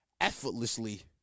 effortlessly